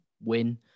win